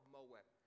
Moab